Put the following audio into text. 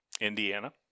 Indiana